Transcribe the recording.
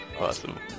Awesome